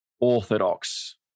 orthodox